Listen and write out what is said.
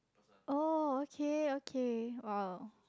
oh okay okay !wow!